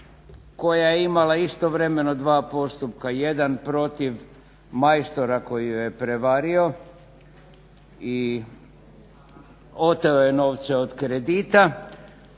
koja je imala istovremeno dva postupka. Jedan postupak majstora koji ju je prevario i oteo joj novce od kredita